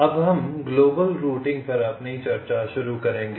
अब हम global routing पर अपनी चर्चा शुरू करेंगे